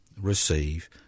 receive